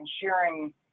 sharing